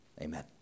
amen